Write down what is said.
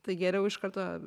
tai geriau iš karto